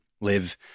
live